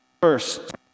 first